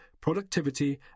productivity